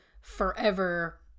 forever